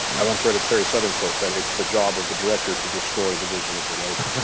i once read a terry southern quote that it's the job of the director to destroy the vision of the writer.